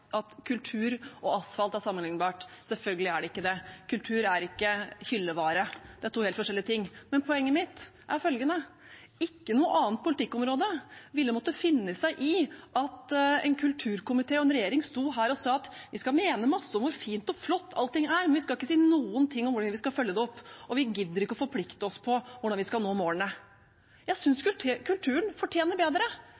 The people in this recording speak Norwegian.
at kultur og asfalt er sammenlignbart. Selvfølgelig er det ikke det. Kultur er ikke hyllevare. Det er to helt forskjellige ting. Men poenget mitt er følgende: Ikke noe annet politikkområde ville måttet finne seg i at en kulturkomité og en regjering sto her og sa at vi skal mene masse om hvor fint og flott alt er, men vi skal ikke si noen ting om hvordan vi skal følge det opp, og vi gidder ikke å forplikte oss på hvordan vi skal nå målene. Jeg synes